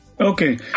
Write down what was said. Okay